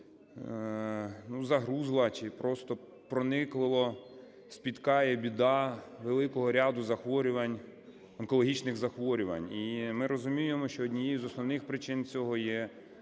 загрузла чи просто проникливо спіткає біда великого ряду захворювань, онкологічних захворювань. І ми розуміємо, що однією з основних причин цього є саме